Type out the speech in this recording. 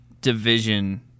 division